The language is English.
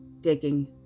digging